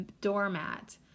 doormat